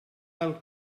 del